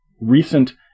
recent